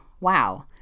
wow